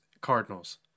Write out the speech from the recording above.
Cardinals